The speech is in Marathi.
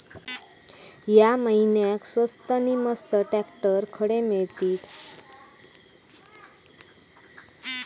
या महिन्याक स्वस्त नी मस्त ट्रॅक्टर खडे मिळतीत?